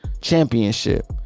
championship